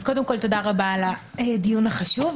קודם כל תודה רבה על הדיון החשוב.